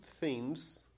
themes